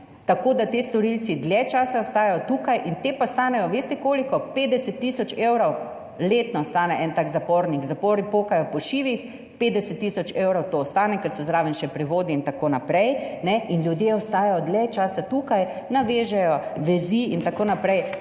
tako da ti storilci dlje časa ostajajo tukaj. Veste te pa stanejo, veste koliko? 50 tisoč evrov letno stane en tak zapornik. Zapori pokajo po šivih. 50 tisoč evrov to ostane, ker so zraven še prevodi, itn. ne, in ljudje ostajajo dlje časa tukaj, navežejo vezi itn.